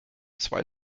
zwei